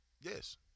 Yes